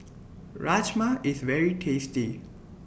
Rajma IS very tasty